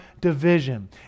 division